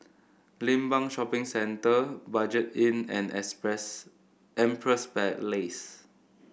Limbang Shopping Centre Budget Inn and express Empress Place